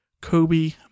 Kobe